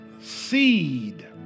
seed